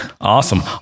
awesome